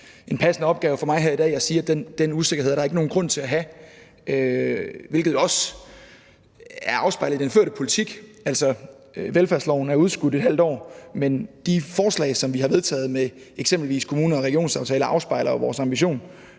en passende opgave for mig her i dag at sige, at den usikkerhed er der ikke nogen grund til at have, hvilket også er afspejlet i den førte politik. Altså, velfærdsloven er udskudt et halvt år, men de forslag, som vi har vedtaget i form af eksempelvis kommune- og regionsaftaler afspejler jo vores ambition.